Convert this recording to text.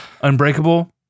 Unbreakable